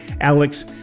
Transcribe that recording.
Alex